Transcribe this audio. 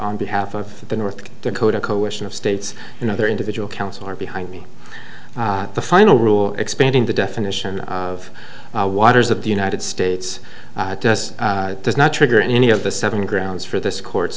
on behalf of the north dakota coalition of states you know their individual council are behind me the final rule expanding the definition of waters of the united states does does not trigger any of the seven grounds for this court